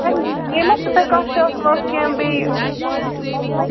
میم بیٚیہِ ما چھُو تۄہہِ کانٛہہ شک وَکھ کیٚنٛہہ بیٚیہِ